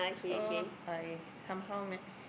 so I somehow man~